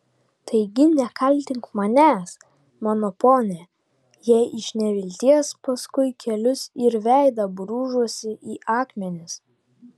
taigi nekaltink manęs mano pone jei iš nevilties paskui kelius ir veidą brūžuosi į akmenis